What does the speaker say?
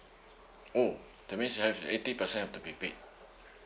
oh that means you have eighty percent had to be paid